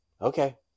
okay